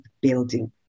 building